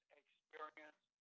experience